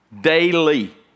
Daily